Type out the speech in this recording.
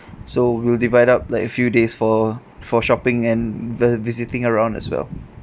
so we'll divide up like a few days for for shopping and uh visiting around as well